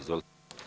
Izvolite.